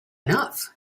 enough